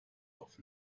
auf